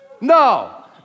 No